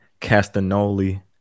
castanoli